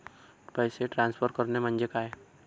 पैसे ट्रान्सफर करणे म्हणजे काय?